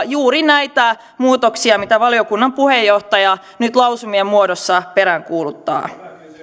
juuri näitä muutoksia mitä valiokunnan puheenjohtaja nyt lausumien muodossa peräänkuuluttaa